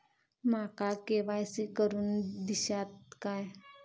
माका के.वाय.सी करून दिश्यात काय?